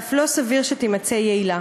ואף לא סביר שתימצא יעילה.